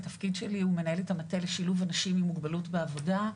התפקיד שלי הוא מנהלת המטה לשילוב אנשים עם מוגבלות בעבודה.